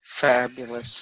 Fabulous